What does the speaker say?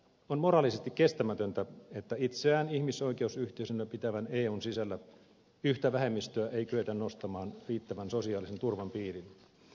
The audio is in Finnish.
on moraalisesti kestämätöntä että itseään ihmisoikeusyhteisönä pitävän eun sisällä yhtä vähemmistöä ei kyetä nostamaan riittävän sosiaalisen turvan piiriin